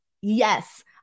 yes